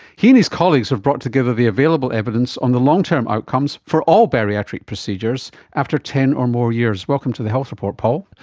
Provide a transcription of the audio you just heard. he and his colleagues have brought together the available evidence on the long-term outcomes for all bariatric procedures after ten or more years. welcome to the health report, paul.